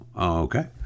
okay